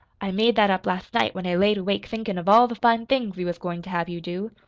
i made that up last night when i laid awake thinkin' of all the fine things we was goin' to have you do.